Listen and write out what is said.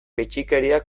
bitxikeriak